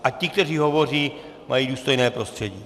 Ať ti, kteří hovoří, mají důstojné prostředí.